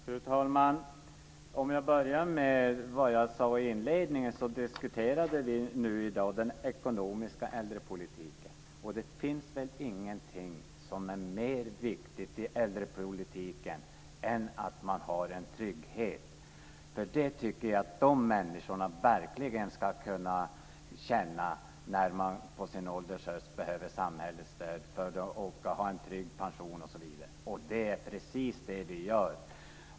Fru talman! Jag ska börja med det som jag sade i inledningen. Vi diskuterar i dag den ekonomiska äldrepolitiken. Och det finns väl ingenting som är mer viktigt i äldrepolitiken än att man har en trygghet. Det tycker jag att dessa människor verkligen ska kunna känna när de på sin ålders höst behöver samhällets stöd och ha en trygg pension osv. Och det är precis det som vi gör.